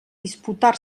disputar